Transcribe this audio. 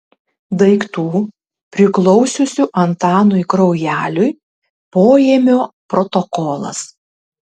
daiktų priklausiusių antanui kraujeliui poėmio protokolas